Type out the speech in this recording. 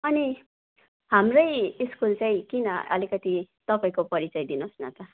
अनि हाम्रै स्कुल चाहिँ किन अलिकति तपाईँको परिचय दिनुहोस् न त